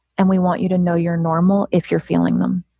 and we want you to know your normal if you're feeling them.